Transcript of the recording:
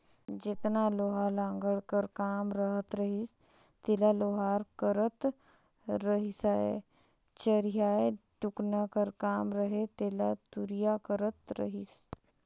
जेतना लोहा लाघड़ कर काम रहत रहिस तेला लोहार करत रहिसए चरहियाए टुकना कर काम रहें तेला तुरिया करत रहिस